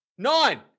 Nine